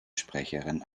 sprecherin